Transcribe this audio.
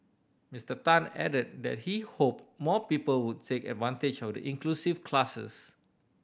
Mister Tan added that he hope more people would take advantage of the inclusive classes